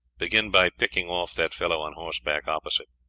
begin by picking off that fellow on horseback opposite.